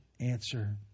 answer